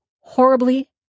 horribly